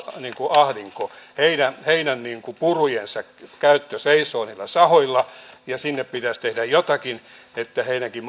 ahdinko ja heidän purujensa käyttö purut seisovat sahoilla ja pitäisi tehdä jotakin että heidänkin